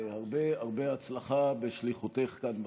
והרבה הרבה הצלחה בשליחותך כאן בכנסת.